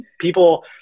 People